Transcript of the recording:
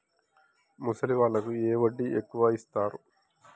ముసలి వాళ్ళకు ఏ వడ్డీ ఎక్కువ ఇస్తారు?